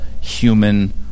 human